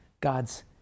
God's